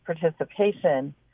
participation